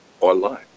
online